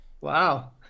Wow